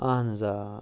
اہن حظ آ